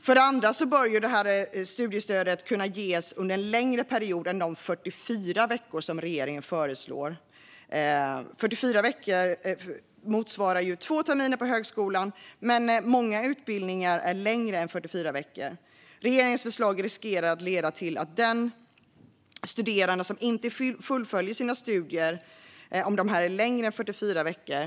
För det andra bör omställningsstudiestödet kunna ges under en längre period än de 44 veckor regeringen föreslår. Detta antal veckor motsvarar två terminer på högskolan, men många utbildningar är längre än dessa 44 veckor. Regeringens förslag riskerar att leda till att studerande inte fullföljer sina studier om dessa är längre än 44 veckor.